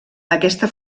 aquesta